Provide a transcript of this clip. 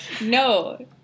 No